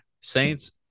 Saints